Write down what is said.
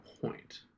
point